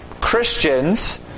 Christians